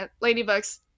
Ladybug's